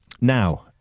Now